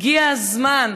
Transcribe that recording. הגיע הזמן.